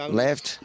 left